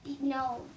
no